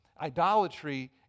Idolatry